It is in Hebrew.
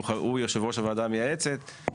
הוא יושב-ראש הוועדה המייעצת,